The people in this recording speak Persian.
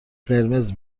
قرمز